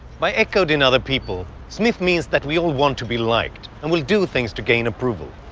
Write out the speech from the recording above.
by echoed in other people smith means that we all want to be liked, and will do things to gain approval.